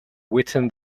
within